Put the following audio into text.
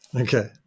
okay